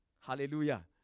Hallelujah